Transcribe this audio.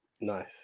Nice